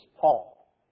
Paul